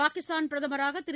பாகிஸ்தான் பிரதமராக திரு